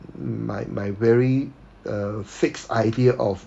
my my very uh fixed idea of